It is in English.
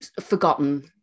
forgotten